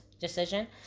decision